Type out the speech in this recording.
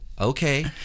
okay